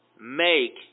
make